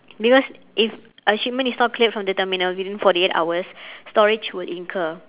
because if a shipment is not cleared from the terminal within forty eight hours storage will incur